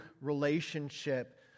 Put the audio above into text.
relationship